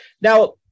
Now